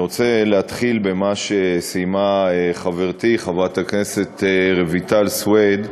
אני רוצה להתחיל במה שסיימה חברתי חברת הכנסת רויטל סויד,